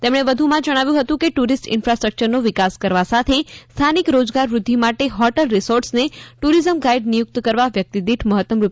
તેમણે વધુ માં જણાવ્યુ હતું કે ટુરિસ્ટ ઇન્ફાસ્ટ્રકચરનો વિકાસ કરવા સાથે સ્થાનિક રોજગાર વૃદ્ધિ માટે હોટેલરિસોર્ટસને ટુરિઝમ ગાઇડ નિયુકત કરવા વ્યક્તિ દિઠ મહત્તમ રૂ